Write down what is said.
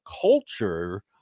culture